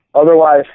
Otherwise